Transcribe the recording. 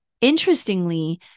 interestingly